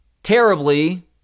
terribly